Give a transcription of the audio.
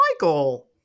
Michael